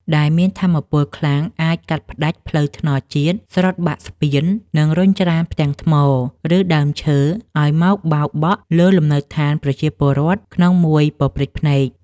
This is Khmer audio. ដែលមានថាមពលខ្លាំងអាចកាត់ផ្ដាច់ផ្លូវថ្នល់ជាតិ ស្រុតបាក់ស្ពាន និងរុញច្រានផ្ទាំងថ្ម ឬដើមឈើឱ្យមកបោកបក់លើលំនៅដ្ឋានប្រជាពលរដ្ឋក្នុងមួយប៉ព្រិចភ្នែក។